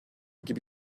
gibi